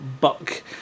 Buck